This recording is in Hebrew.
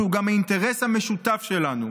והוא גם האינטרס המשותף שלנו.